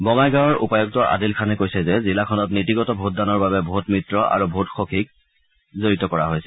বঙাইগাঁৱৰ উপায়ুক্ত আদিল খানে কৈছে যে জিলাখনত নীতিগত ভোটদানৰ বাবে ভোট মিত্ৰ আৰু ভোট সখীক জড়িত কৰা হৈছে